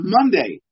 Monday